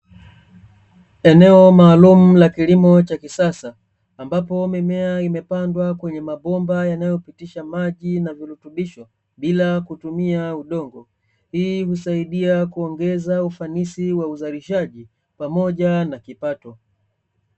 Eneo maalumu la kilimo cha kisasa, ambapo mimea imepandwa kwenye mabomba yanayopitisha maji na virutubisho bila kutumia udongo. Hii husaidia kuongeza ufanisi wa uzalishaji pamoja na kipato.